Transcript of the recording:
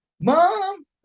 Mom